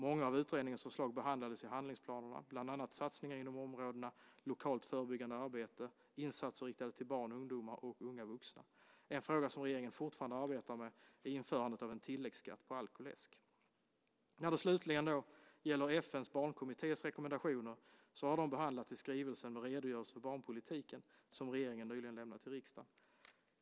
Många av utredningens förslag behandlades i handlingsplanerna, bland annat satsningar inom områdena lokalt förebyggande arbete, insatser riktade till barn, ungdomar och unga vuxna. En fråga som regeringen fortfarande arbetar med är införandet av tilläggsskatt på alkoläsk. När det slutligen gäller FN:s barnkommittés rekommendationer har de behandlats i skrivelsen med redogörelse för barnpolitiken, skr. 2005/06:206, som regeringen nyligen har lämnat till riksdagen.